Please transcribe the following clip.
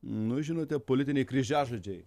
nu žinote politiniai kryžiažodžiai